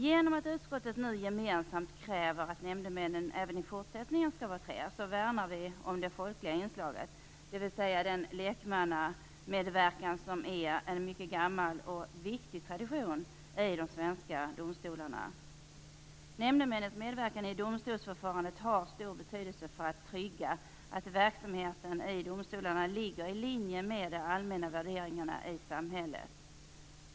Genom att utskottet nu gemensamt kräver att nämndemännen även i fortsättningen skall vara tre värnar vi om det folkliga inslaget, dvs. den lekmannamedverkan som är en mycket gammal och viktig tradition i de svenska domstolarna. Nämndemännens medverkan i domstolsförfarandet har stor betydelse för att trygga att verksamheten i domstolarna ligger i linje med allmänna värderingar i samhället.